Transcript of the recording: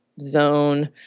zone